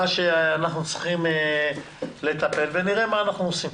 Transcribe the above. מה שאנחנו צריכים לטפל בו, ונראה מה אנחנו עושים.